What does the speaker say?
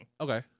Okay